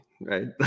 right